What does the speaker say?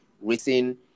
written